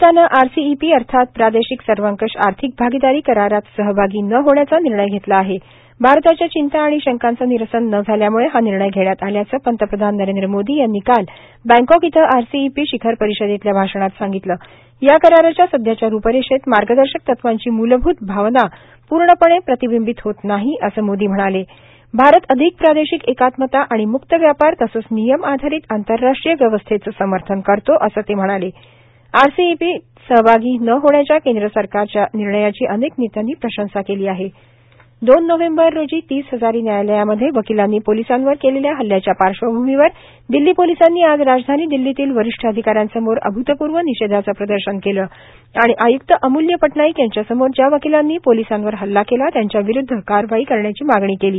भारतानं आरसीईपी अर्थातए प्रादेशिक सर्वंकष आर्थिक भागिदारी करारात सहभागी न होण्याचा निर्णय घेतला आहेण भारताच्या चिंता आणि शंकांचं निरसन न झाल्यामुळे हा निर्णय घेण्यात आल्याचं पंतप्रधान नरेंद्र मोदी यांनी काल बँकॉक इथं आरसीईपी शिखर परिषदेतल्या भाषणात सांगितलंण या कराराच्या सध्याच्या रुपरेषेत मार्गदर्शक तत्वांची मुलभुत भावना पुर्णपणे प्रतिबिंबीत होत नाहीए असं मोदी म्हणालेण भारत अधिक प्रादेशिक एकात्मता आणि मुक्त व्यापार तसंच नियम आधारित आंतरराष्ट्रीय व्यवस्थेचं समर्थन करतोए असं ते म्हणालेण् आरसेपमध्ये सहभागी न होण्याच्या केंद्र सरकारच्या निर्णयाची अनेक नेत्यांनी प्रशंसा केली आहेण दोन नोव्हेंबर रोजी तीस हजारी व्यायालयामध्ये वकिलांनी पोलिसांवर केलेल्या हल्ल्याच्या पार्श्वभूमीवर दिल्ली पोलिसांनी आज राजधानी दिल्लीतील वरिष्ठ अधिकाऱ्यांसमोर अभूतपूर्व निषेधाचं प्रदर्शन केलं आणि आय्रक्त अमूल्य पटनाईक यांच्यासमोर ज्या वकिलांनी पोलिसांवर हल्ला केला त्यांच्या विरूद्ध कारवाई करण्याची मागणी केली